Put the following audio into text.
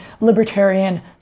libertarian